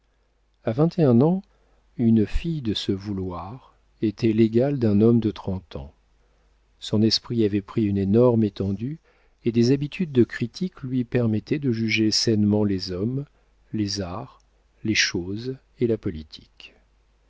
a vingt et un ans une fille de ce vouloir était l'égale d'un homme de trente ans son esprit avait pris une énorme étendue et des habitudes de critique lui permettaient de juger sainement les hommes les arts les choses et la politique